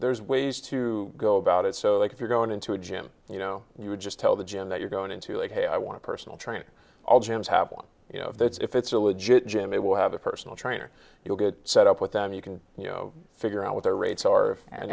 there's ways to go about it so if you're going into a gym and you know you would just tell the gym that you're going into it hey i want a personal trainer all gyms have one you know if it's a legit gym it will have a personal trainer you'll get set up with them you can you know figure out what their rates are and